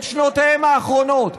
את שנותיהם האחרונות.